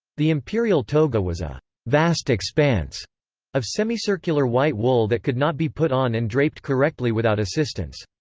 the imperial toga was a vast expanse of semi-circular white wool that could not be put on and draped correctly without assistance.